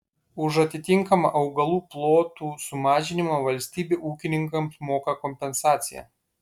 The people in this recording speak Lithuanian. už atitinkamą augalų plotų sumažinimą valstybė ūkininkams moka kompensaciją